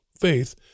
faith